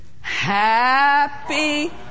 Happy